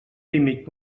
límit